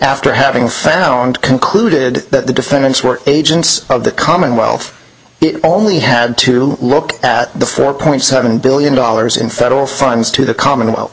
after having found concluded that the defendants were agents of the the commonwealth only had to look at the four point seven billion dollars in federal funds to the commonwealth